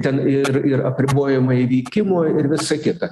ten ir ir apribojimai įvykimo ir visa kita